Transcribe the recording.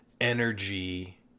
energy